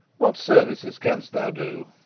what services canst thou do?